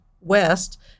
west